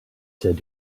said